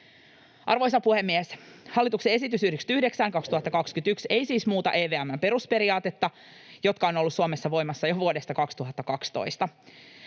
Arvoisa puhemies! Hallituksen esitys 99/2021 ei siis muuta EVM:n perusperiaatetta, joka on ollut Suomessa voimassa jo vuodesta 2012.